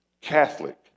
Catholic